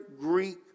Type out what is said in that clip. Greek